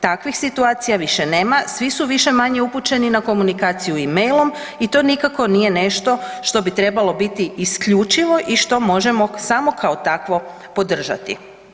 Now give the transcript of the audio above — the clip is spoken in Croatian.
Takvih situacija više nema, svi su više-manje upućeni na komunikaciju e-mailom i to nikako nije nešto što bi trebalo biti isključivo i što možemo samo kao takvo podržati.